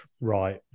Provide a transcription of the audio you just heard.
right